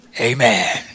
Amen